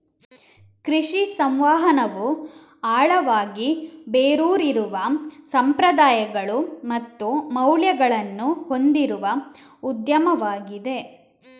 ಕೃಷಿ ಸಂವಹನವು ಆಳವಾಗಿ ಬೇರೂರಿರುವ ಸಂಪ್ರದಾಯಗಳು ಮತ್ತು ಮೌಲ್ಯಗಳನ್ನು ಹೊಂದಿರುವ ಉದ್ಯಮವಾಗಿದೆ